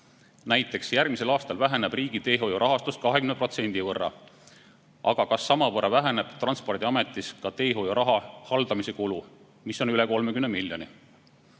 Näiteks järgmisel aastal väheneb riigi teehoiu rahastus 20% võrra. Aga kas samavõrra väheneb Transpordiametis ka teehoiuraha haldamise kulu, mis on üle 30 miljoni? Riiklik